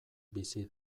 bizi